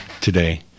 today